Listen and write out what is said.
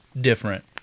different